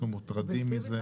אנחנו מוטרדים מזה.